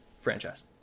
franchise